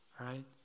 right